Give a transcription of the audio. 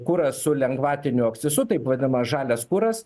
kuras su lengvatiniu akcizu taip vadinamas žalias kuras